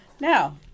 Now